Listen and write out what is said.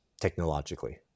technologically